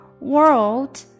world